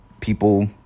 people